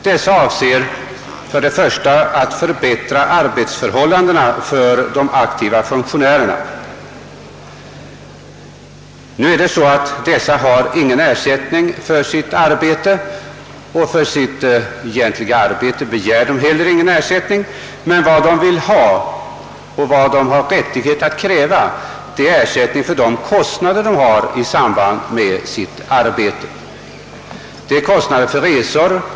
Dessa höjningar avser främst att förbättra arbetsförhållandena för de aktiva funktionärerna. Dessa har ingen ersättning för sitt arbete, och de begär inte heller någon lön för utfört arbete. Vad de vill ha och har rättighet att kräva är ersättning för de kostnader som de har i samband med utförandet av sitt funktionärskap.